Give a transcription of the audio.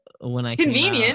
Convenient